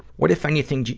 what, if anything,